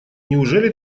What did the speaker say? неужели